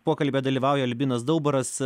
pokalbyje dalyvauja albinas daubaras